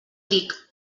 dic